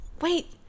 Wait